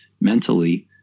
mentally